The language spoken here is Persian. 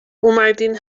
اومدین